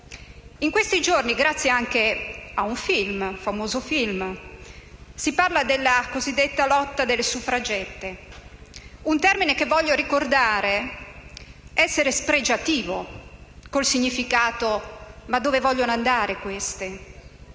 In questi giorni, grazie anche a un famoso film, si parla della cosiddetta lotta delle suffragette, un termine che voglio ricordare essere spregiativo col significato: «ma dove vogliono andare queste?».